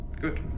Good